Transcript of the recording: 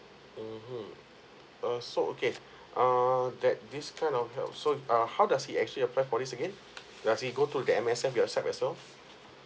mmhmm uh so okay err that this kind of help so ah how does he actually apply for this again does he go to the M_S_F website as well